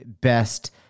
best